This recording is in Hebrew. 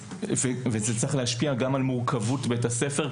זה צריך להשפיע גם על מורכבות בית הספר,